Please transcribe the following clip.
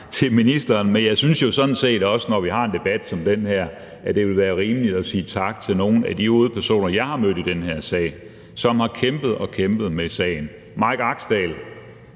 til ministeren, men jeg synes jo sådan set også, at det, når vi har en debat som den her, vil være rimeligt at sige tak til nogle af de hovedpersoner, jeg har mødt i den her sag, som har kæmpet og kæmpet med sagen. Det er Mike Axdal.